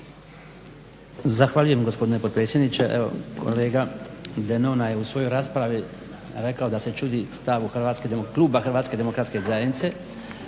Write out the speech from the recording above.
Zahvaljujem gospodine potpredsjedniče. Evo kolega Denona je u svoj raspravi rekao da se čudi stavu kluba Hrvatske demokratske zajednice